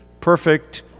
perfect